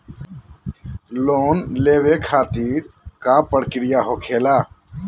Loan लेवे खातिर का का प्रक्रिया होखेला?